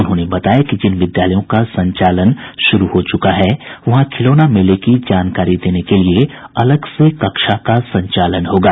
उन्होंने बताया कि जिन विद्यालयों का संचालन शुरू हो चुका है वहां खिलौना मेले की जानकारी देने के लिए अलग से कक्षा का संचालन होगा